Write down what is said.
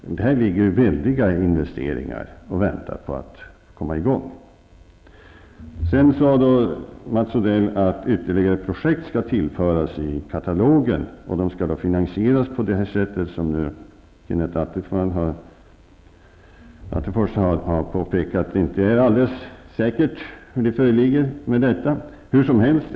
Väldigt stora belopp avsedda för investering ligger och väntar på att projekten skall komma igång. Mats Odell sade att ytterligare projekt skall tillföras katalogen och att de skall finansieras på det sätt som Kenneth Attefors påpekade var ett litet osäkert sätt.